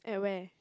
at where